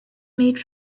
made